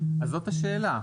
אז זאת השאלה.